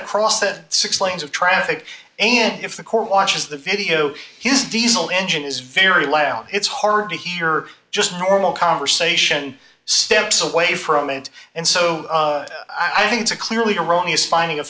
across that six lanes of traffic and if the court watches the video he's diesel engine is very loud it's hard to hear or just normal conversation steps away from it and so i think it's a clearly erroneous finding